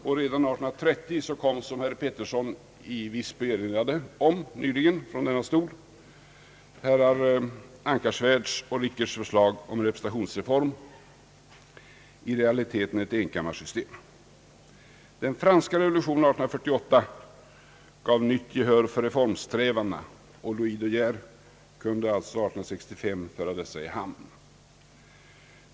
Och redan år 1830 kom, som herr Georg Pettersson nyss erinrade om från denna talarstol, herrar Anckarsvärds och Richerts förslag om representationsreform, i realiteten ett enkammarsystem. Den franska revolutionen 1848 gav nytt gehör för reformsträvandena, och Louis de Geer kunde alltså 1865 föra dessa i hamn.